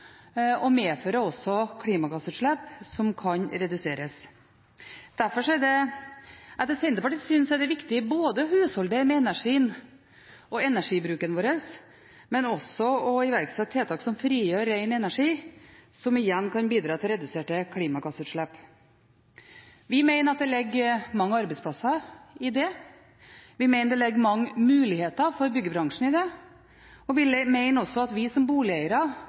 og medfører også klimagassutslipp som kan reduseres. Derfor er det etter Senterpartiets syn viktig både å husholdere med energien og energibruken vår og å iverksette tiltak som frigjør ren energi, som igjen kan bidra til reduserte klimagassutslipp. Vi mener at det ligger mange arbeidsplasser i det, vi mener det ligger mange muligheter for byggebransjen i det, og vi mener også at vi